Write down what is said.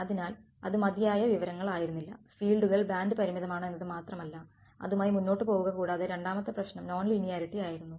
അതിനാൽ അത് മതിയായ വിവരങ്ങൾ ആയിരുന്നില്ല ഫീൽഡുകൾ ബാൻഡ് പരിമിതമാണ് എന്നത് മാത്രമല്ല അതുമായി മുന്നോട്ട് പോവുക കൂടാതെ രണ്ടാമത്തെ പ്രശ്നം നോൺ ലീനിയാരിറ്റി ആയിരുന്നു